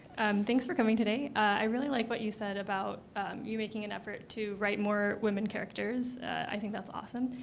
thanks for coming today. i really like what you said about you making an effort to write more women characters. i think that's awesome.